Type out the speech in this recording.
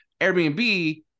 Airbnb